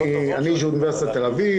אני מאוניברסיטת תל אביב,